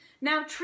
Now